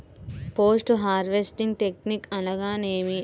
Post harvesting technique అనగా నేమి?